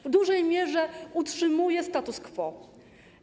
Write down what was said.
W dużej mierze utrzymuje status quo.